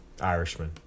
Irishman